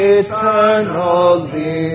eternally